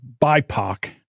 BIPOC